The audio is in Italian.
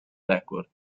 record